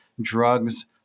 drugs